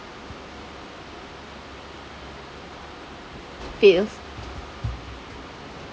feels